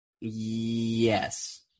Yes